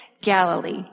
Galilee